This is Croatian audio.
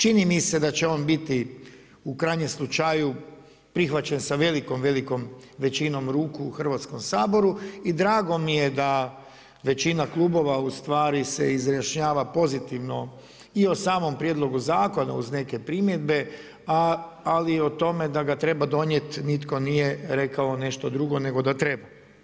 Čini mi se da će on biti u krajnjem slučaju prihvaćen sa velikom, velikom većinom ruku u Hrvatskom saboru i drago mi je da većina klubova u stvari se izjašnjava pozitivno i o samom prijedlogu zakona uz neke primjedbe, ali i o tome da ga treba donijet nitko nije rekao nešto drugo nego da treba.